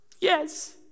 yes